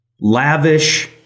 Lavish